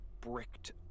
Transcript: bricked